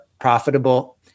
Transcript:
profitable